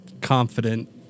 confident